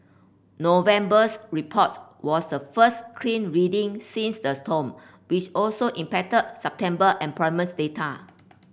November's report was the first clean reading since the storm which also impacted September employments data